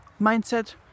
mindset